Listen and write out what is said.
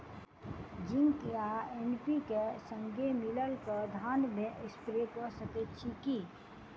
Zinc आ NPK, संगे मिलल कऽ धान मे स्प्रे कऽ सकैत छी की?